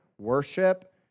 worship